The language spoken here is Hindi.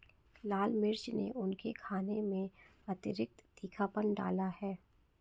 लाल मिर्च ने उनके खाने में अतिरिक्त तीखापन डाला है